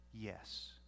Yes